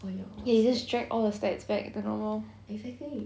ya you just drag all the stats back to normal